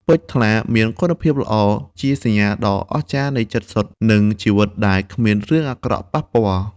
ពេជ្រថ្លា មានគុណភាពល្អ ជាសញ្ញាដ៏អស្ចារ្យនៃចិត្តសុទ្ធ និងជីវិតដែលគ្មានរឿងអាក្រក់ប៉ះពាល់។